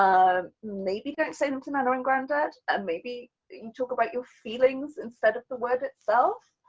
um maybe don't say them to nana and granddad, and maybe you talk about your feelings instead of the word itself.